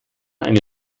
eine